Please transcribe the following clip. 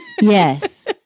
Yes